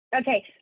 Okay